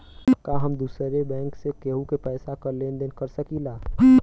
का हम दूसरे बैंक से केहू के पैसा क लेन देन कर सकिला?